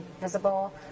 visible